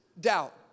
doubt